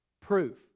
Proof